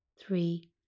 three